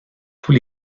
tous